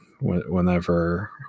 whenever